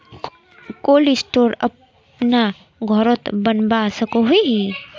Cold store अपना घोरोत बनवा सकोहो ही?